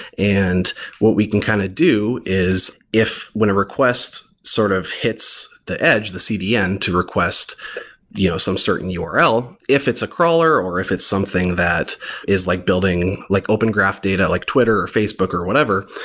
and what we can kind of do is if when a request sort of hits the edge, the cdn to request you know some certain url, if it's a crawler or if it's something that is like building like open graph data like twitter or facebook or whatever,